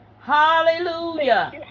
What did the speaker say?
hallelujah